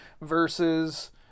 versus